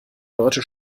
leute